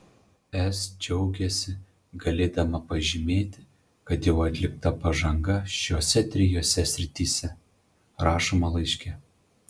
es džiaugiasi galėdama pažymėti kad jau atlikta pažanga šiose trijose srityse rašoma laiške